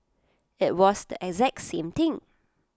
IT was the exact same thing